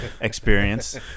experience